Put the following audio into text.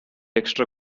extra